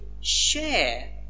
share